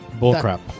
Bullcrap